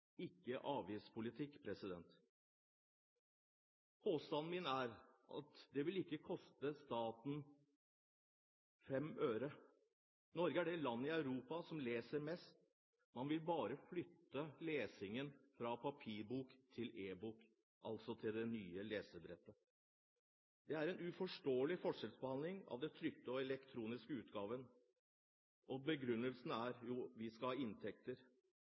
ikke avgiftspolitikk. Påstanden min er at det ikke vil koste staten fem øre. Norge er det land i Europa der man leser mest. Man vil bare flytte lesingen fra papirbok til e-bok, altså til det nye lesebrettet. Det er en uforståelig forskjellsbehandling av trykte og elektroniske utgaver, og begrunnelsen er at man skal ha inntekter,